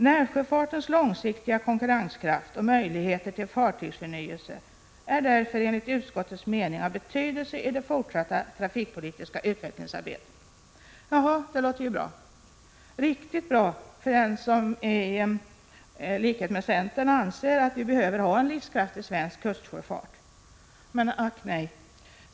Närsjöfartens långsiktiga konkurrenskraft och möjligheter till fartygsförnyelse är därför enligt utskottets mening av betydelse i det fortsatta trafikpolitiska utvecklingsarbetet.” Jaha, det låter ju bra, riktigt bra för den som i likhet med centern anser att vi behöver ha en livskraftig svensk kustsjöfart. Men, ack nej!